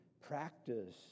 practice